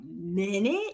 minute